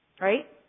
Right